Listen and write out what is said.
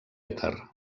èter